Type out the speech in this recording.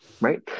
Right